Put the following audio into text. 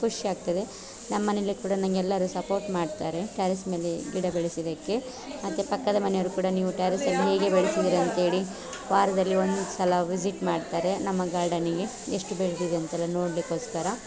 ಖುಷಿಯಾಗ್ತದೆ ನಮ್ಮ ಮನೇಲಿ ಕೂಡ ನನಗೆಲ್ಲರು ಸಪೋರ್ಟ್ ಮಾಡ್ತಾರೆ ಟ್ಯಾರಿಸ್ ಮೇಲೆ ಗಿಡ ಬೆಳಿಸಿದ್ದಕ್ಕೆ ಮತ್ತು ಪಕ್ಕದ ಮನೆಯವರು ಕೂಡ ನೀವು ಟ್ಯಾರಿಸಲ್ಲಿ ಹೇಗೆ ಬೆಳೆಸಿದ್ದೀರಾ ಅಂತ್ಹೇಳಿ ವಾರದಲ್ಲಿ ಒಂದುಸಲ ವಿಸಿಟ್ ಮಾಡ್ತಾರೆ ನಮ್ಮ ಗಾರ್ಡನ್ನಿಗೆ ಎಷ್ಟು ಬೆಳೆದಿದೆ ಅಂತೆಲ್ಲ ನೋಡಲಿಕ್ಕೋಸ್ಕರ